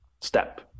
step